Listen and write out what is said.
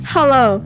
Hello